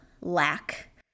lack